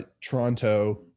Toronto